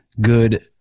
good